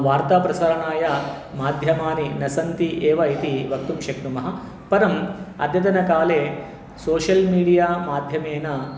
वार्ता प्रसारणाय माध्यमानि न सन्ति एव इति वक्तुं शक्नुमः परम् अद्यतनकाले सोशल् मीडिया माध्यमेन